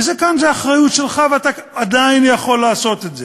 וכאן זו אחריות שלך, ואתה עדיין יכול לעשות את זה,